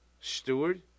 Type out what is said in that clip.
Steward